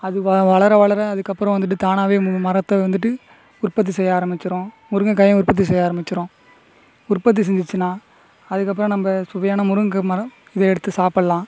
அதுவா வளர வளர அதுக்கு அப்புறம் வந்துட்டு தானாவே மூணு மரத்தை வந்துட்டு உற்பத்தி செய்ய ஆரம்மிச்சுரும் முருங்கக்காய் உற்பத்தி செஞ்சிச்சினா அதுக்கு அப்புறம் நம்ம சுவையான முருங்கக்காய் மரம் இதை எடுத்து சாப்புடலாம்